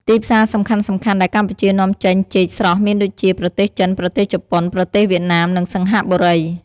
ទីផ្សារសំខាន់ៗដែលកម្ពុជានាំចេញចេកស្រស់មានដូចជា ប្រទេសចិន ប្រទេសជប៉ុន ប្រទេសវៀតណាម និងសិង្ហបុរី។